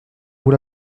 vous